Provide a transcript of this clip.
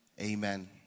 Amen